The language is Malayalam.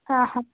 ആഹാ